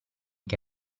che